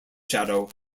shadow